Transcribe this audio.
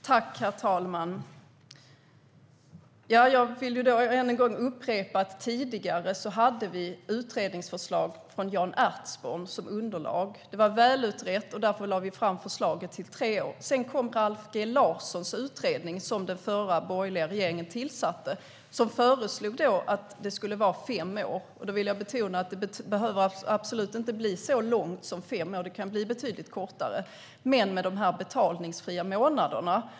Herr talman! Jag vill ännu en gång upprepa att vi tidigare hade utredningsförslag från Jan Ertsborn som underlag. Det var välutrett, och vi lade därför fram förslaget om tre år. Sedan kom Ralf G Larssons utredning, som den förra borgerliga regeringen tillsatte. Den föreslog fem år. Jag vill dock betona att det absolut inte behöver bli så lång tid, utan det kan bli betydligt kortare, men med de betalningsfria månaderna.